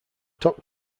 top